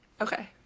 Okay